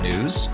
News